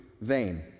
vain